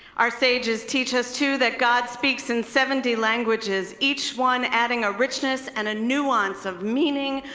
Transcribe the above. our sages teach us too that god speaks in seventy languages, each one adding a richness and a nuance of meaning,